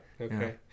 Okay